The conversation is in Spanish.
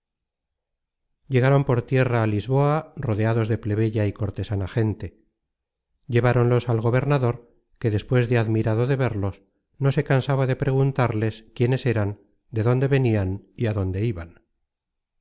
llegaron por tierra á lisboa rodeados de plebeya y cortesana gente lleváronlos al gobernador que despues de admirado de verlos no se cansaba de preguntarles quiénes eran de dónde venian y á dónde iban